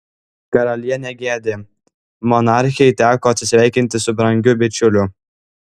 karalienė gedi monarchei teko atsisveikinti su brangiu bičiuliu